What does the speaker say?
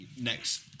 next